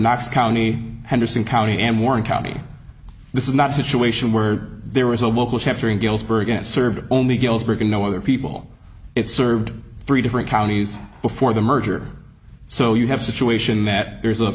knox county henderson county and warren county this is not a situation where there was a local chapter in galesburg and served only galesburg and no other people it served three different counties before the merger so you have situation that there is a